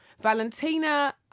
Valentina